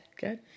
Good